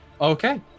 Okay